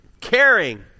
caring